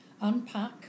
unpack